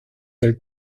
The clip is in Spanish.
del